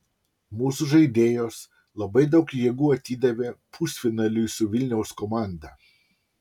mūsų žaidėjos labai daug jėgų atidavė pusfinaliui su vilniaus komanda